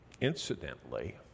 Incidentally